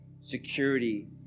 security